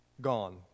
gone